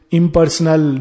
impersonal